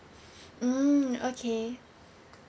mm okay